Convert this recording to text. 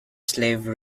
slave